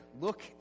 look